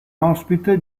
ospite